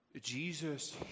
Jesus